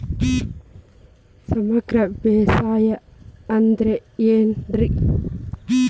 ಸಮಗ್ರ ಬೇಸಾಯ ಅಂದ್ರ ಏನ್ ರೇ?